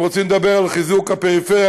אם רוצים לדבר על חיזוק הפריפריה,